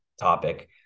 topic